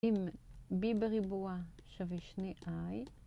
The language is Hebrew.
עם b בריבוע שווה שני i